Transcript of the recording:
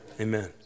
Amen